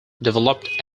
developed